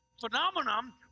phenomenon